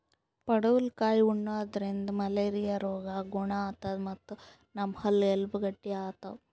ಪಡವಲಕಾಯಿ ಉಣಾದ್ರಿನ್ದ ಮಲೇರಿಯಾ ರೋಗ್ ಗುಣ ಆತದ್ ಮತ್ತ್ ನಮ್ ಹಲ್ಲ ಎಲಬ್ ಗಟ್ಟಿ ಆತವ್